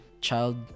child